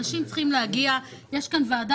אנשים צריכים להגיע לוועדה.